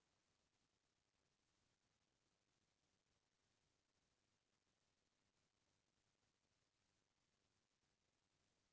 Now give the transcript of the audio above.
जब कोनो मनसे ह अपन गाड़ी ल दूसर करा बेंच देथे ता ओला गाड़ी के पंजीयन म नांव ल बदलवाए ल परथे